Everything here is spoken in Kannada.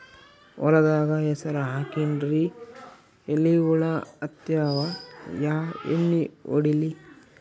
ಹೊಲದಾಗ ಹೆಸರ ಹಾಕಿನ್ರಿ, ಎಲಿ ಹುಳ ಹತ್ಯಾವ, ಯಾ ಎಣ್ಣೀ ಹೊಡಿಲಿ?